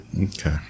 okay